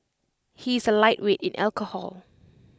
he is A lightweight in alcohol